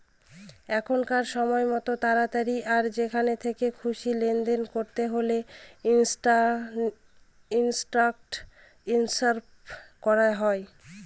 এখনকার সময়তো তাড়াতাড়ি আর যেখান থেকে খুশি লেনদেন করতে হলে ইলেক্ট্রনিক ট্রান্সফার করা হয়